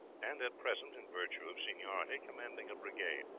and at present, in virtue of seniority, commanding a brigade.